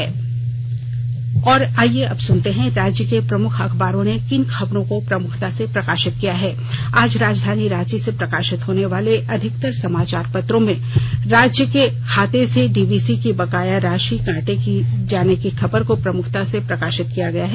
अब अखबारों की सुर्खियां और आईये अब सुनते हैं राज्य के प्रमुख अखबारों ने किन खबरों को प्रमुखता से प्रकाशित किया है आज राजधानी रांची से प्रकाशित होनेवाले अधिकतर समाचार पत्रों ने राज्य के खाते से डीवीसी की बकाया राशि काटे जाने की खबर को प्रमुखता से पहले पन्ने पर सुर्खिया बनायी है